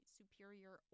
superior